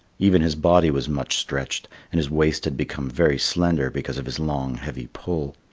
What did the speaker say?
even his body was much stretched, and his waist had become very slender because of his long heavy pull.